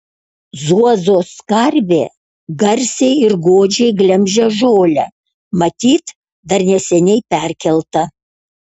zuozos karvė garsiai ir godžiai glemžia žolę matyt dar neseniai perkelta